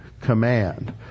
command